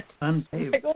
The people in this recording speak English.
unpaved